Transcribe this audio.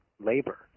Labor